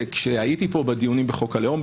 שכאשר הייתי כאן בדיונים בחוק הלאום,